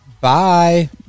Bye